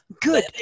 Good